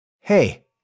Hey